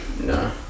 No